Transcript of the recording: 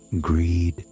greed